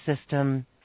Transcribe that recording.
system